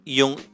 yung